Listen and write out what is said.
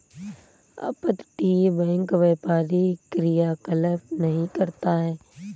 अपतटीय बैंक व्यापारी क्रियाकलाप नहीं करता है